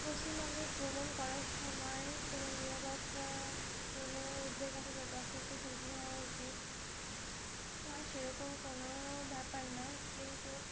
পশ্চিমবঙ্গের ভ্রমণ করার সময় কোনো নিরাপত্তা কি কোনো উদ্বেগ আছে যাতে অসতি সচেতন হওয়া উচিত না সেরকম কোনো ব্যাপার না কিন্তু